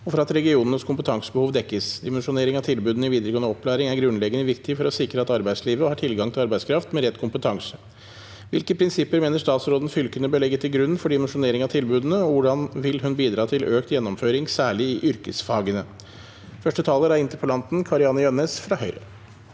og for at regionenes kompetansebehov dekkes. Dimensjonering av tilbudene i videregående opplæring er grunnleggende viktig for å sikre at arbeidslivet har tilgang til arbeidskraft med rett kompetanse. Hvilke prinsipper mener statsråden fylkene bør legge til grunn for dimensjonering av tilbudene, og hvordan vil hun bidra til økt gjennomføring særlig i yrkesfagene?» Kari-Anne Jønnes (H)